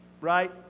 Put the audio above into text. right